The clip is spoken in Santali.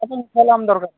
ᱫᱚᱨᱠᱟᱨᱟ